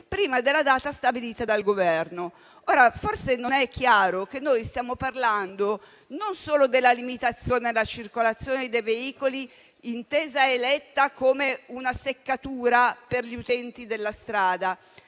prima della data stabilita dal Governo stesso. Forse non è chiaro che noi stiamo parlando non solo della limitazione alla circolazione dei veicoli intesa come una seccatura per gli utenti della strada: